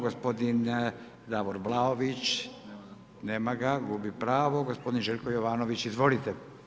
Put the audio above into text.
Gospodin Davor Vlaović, nema ga, gubi pravo, gospodin Željko Jovanović, izvolite.